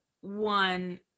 one